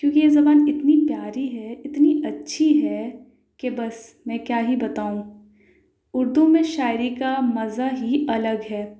کیوں کہ یہ زبان اتنی پیاری ہے اتنی اچھی ہے کہ بس میں کیا ہی بتاؤں اردو میں شاعری کا مزہ ہی الگ ہے